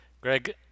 Greg